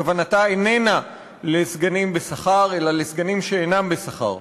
שכוונתה איננה לסגנים בשכר אלא לסגנים שאינם בשכר.